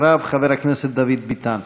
אחריו, חבר הכנסת דוד ביטן.